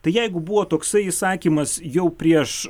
tai jeigu buvo toksai įsakymas jau prieš